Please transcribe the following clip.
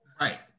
Right